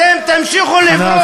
הכול לטרוריסטים.